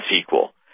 equal